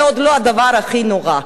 זה עוד לא הדבר הכי נורא.